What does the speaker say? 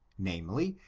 namely,